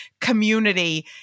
community